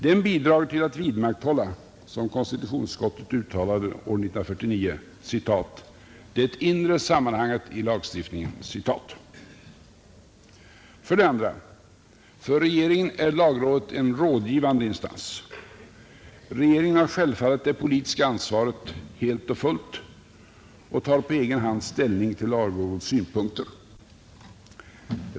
Den bidrager till att vidmakthålla, som konstitutionsutskottet uttalade år 1949, ”det inre sammanhanget i lagstiftningen”. 2. För regeringen är lagrådet en rådgivande instans. Regeringen har självfallet det politiska ansvaret helt och fullt och tar på egen hand ställning till lagrådets synpunkter.